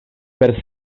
per